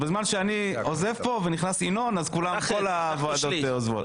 בזמן שאני עוזב פה ונכנס ינון, כל הוועדות עוזבות.